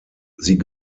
sie